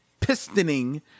pistoning